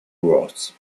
words